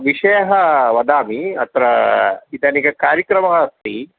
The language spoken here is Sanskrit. विषयः वदामि अत्र इदानेक कार्यक्रमः अस्ति